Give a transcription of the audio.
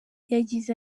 yagize